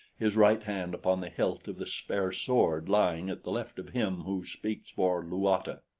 his right hand upon the hilt of the spare sword lying at the left of him who speaks for luata.